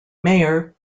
mayor